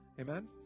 Amen